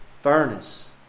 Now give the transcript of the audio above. furnace